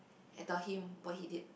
and tell him what he did